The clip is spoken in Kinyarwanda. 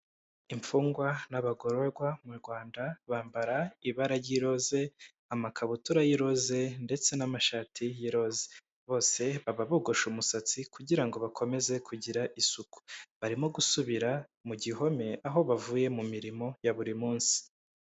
Imfungwa n'abagororwa mu Rwanda bambara ibara ry'iroze amakabutura y'iroze ndetse n'amashati y'irose, bose baba bogosha umusatsi kugira ngo bakomeze kugira isuku, barimo gusubira mu gihome aho bavuye mu mirimo ya buri munsi.